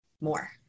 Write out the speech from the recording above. more